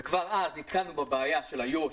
וכבר אז נתקלנו בבעיה של איו"ש,